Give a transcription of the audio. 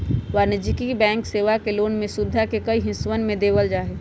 वाणिज्यिक बैंक सेवा मे लोन के सुविधा के कई हिस्सवन में देवल जाहई